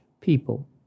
people